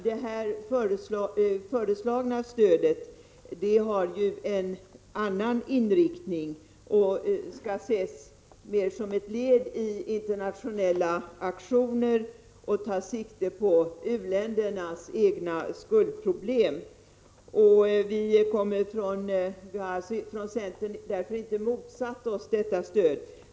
Det nu föreslagna stödet har en annan inriktning och skall ses mera som ett led i internationella aktioner som tar sikte på u-ländernas egna skuldproblem. Vi från centern kommer därför inte att motsätta oss detta stöd.